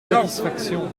satisfaction